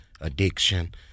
addiction